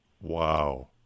Wow